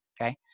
okay